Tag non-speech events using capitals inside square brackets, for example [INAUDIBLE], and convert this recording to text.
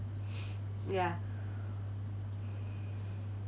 [NOISE] ya